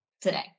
today